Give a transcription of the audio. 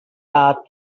add